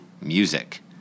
MUSIC